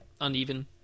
uneven